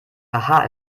aha